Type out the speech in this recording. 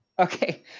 Okay